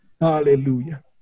Hallelujah